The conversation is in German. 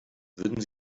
würden